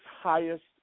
highest